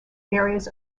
areas